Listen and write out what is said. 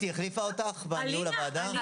עידית, היא החליפה אותך בניהול הוועדה?